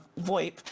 VoIP